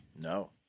No